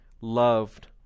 loved